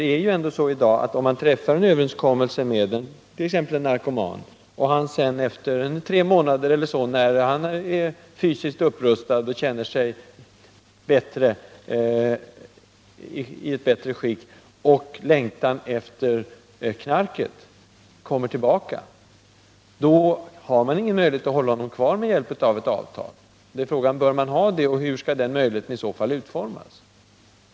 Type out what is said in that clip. Det är ju ändå så i dag att om man träffar en överenskommelse med t.ex. en narkoman och han sedan efter tre månader eller så är fysiskt upprustad och känner sig i bättre skick och längtan efter knark kommer tillbaka — då har man ingen möjlighet att hålla honom kvar med hjälp av något avtal. Då är frågan: Bör man ha det, och hur skall den möjligheten i så fall utformas?